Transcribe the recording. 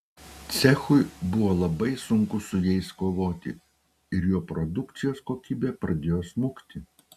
cechui buvo labai sunku su jais kovoti ir jo produkcijos kokybė pradėjo smukti